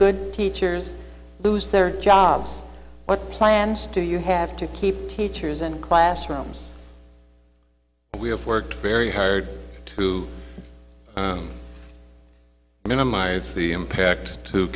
good teachers lose their jobs what plans do you have to keep teachers in classrooms we have worked very hard to minimize the impact t